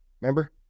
Remember